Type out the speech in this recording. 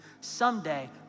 Someday